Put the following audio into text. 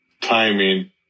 timing